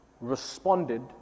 responded